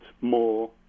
more